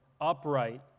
upright